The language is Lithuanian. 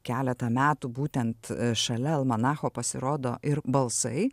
keletą metų būtent šalia almanacho pasirodo ir balsai